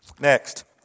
Next